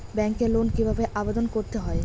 ব্যাংকে লোন কিভাবে আবেদন করতে হয়?